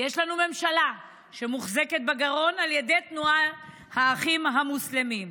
כי יש לנו ממשלה שמוחזקת בגרון על ידי תנועת האחים המוסלמים.